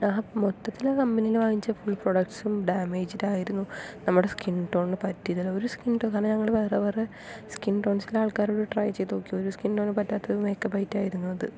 ആ മൊത്തത്തിൽ ആ കമ്പനിയിൽ നിന്ന് വാങ്ങിച്ച ഫുൾ പ്രോഡക്ട്സും ഡാമേജ്ഡ് ആയിരുന്നു നമ്മുടെ സ്കിൻ ടോണിന് പറ്റിയതല്ല ഒരു സ്കിൻ ടോൺ കാരണം ഞങ്ങൾ വേറെ വേറെ ഒരു സ്കിൻ ടോണിനും ആൾക്കാർക്ക് ട്രൈ ചെയ്ത് നോക്കി ഒരു സ്കിന്നിനും പറ്റാത്ത മേക്കപ്പ് ഐറ്റം ആയിരുന്നു അത്